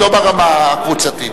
לא נתקבלה.